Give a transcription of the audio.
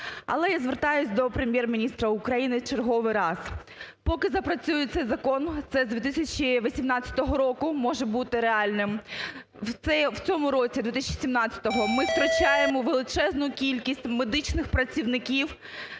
Але я звертаюсь до Прем'єр-міністра України в черговий раз. Поки запрацює цей закон, це з 2018 року може бути реальним, в цьому році 2017 ми втрачаємо величезну кількість медичних працівників,